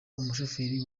umushoferi